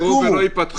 סגרו ולא ייפתחו.